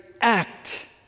act